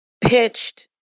pitched